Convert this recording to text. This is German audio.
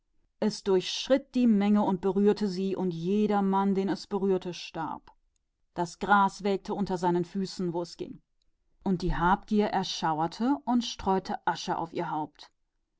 es ging durch die menge und berührte sie und jeder den es berührte starb das gras welkte unter seinen füßen wo es ging und die habsucht schauderte und sie streute sich asche aufs haupt